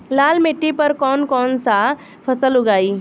लाल मिट्टी पर कौन कौनसा फसल उगाई?